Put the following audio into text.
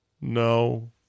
No